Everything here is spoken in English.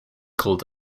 called